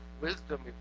wisdom